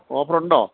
ഓഫറുണ്ടോ